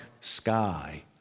sky